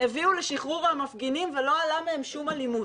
הביאו לשחרור המפגינים ולא עלתה מהם שום אלימות.